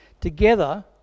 Together